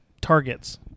targets